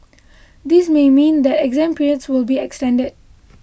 this may mean that exam periods will be extended